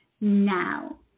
now